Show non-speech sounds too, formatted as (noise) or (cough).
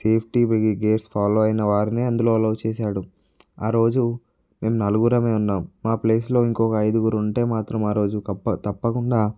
safety gears follow అయిన వారిని అందులో అలోవ్ చేశాడు ఆరోజు మేము నలుగురమే ఉన్నాం మాప్లేస్లో ఇంకొక ఐదుగురు ఉంటే మాత్రం ఆరోజు (unintelligible) తప్పకుండా